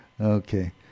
okay